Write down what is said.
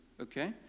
okay